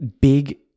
big